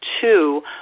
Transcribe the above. two